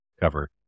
cover